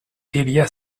délia